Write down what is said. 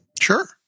Sure